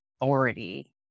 authority